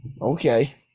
Okay